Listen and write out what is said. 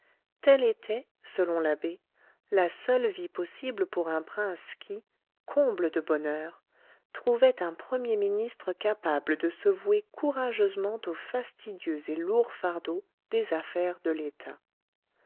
telle était selon l'abbé la seule vie possible pour un prince qui comble de bonheur trouvait un premier ministre capable de se vouer courageusement au fastidieux et lourd fardeau des affaires de l'état